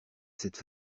cette